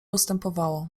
ustępowało